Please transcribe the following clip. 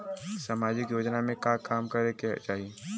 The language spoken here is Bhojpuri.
सामाजिक योजना में का काम करे के चाही?